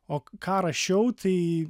o ką rašiau tai